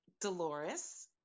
Dolores